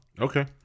Okay